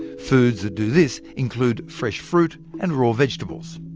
foods that do this include fresh fruit and raw vegetables.